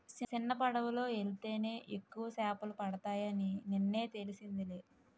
సిన్నపడవలో యెల్తేనే ఎక్కువ సేపలు పడతాయని నిన్నే తెలిసిందిలే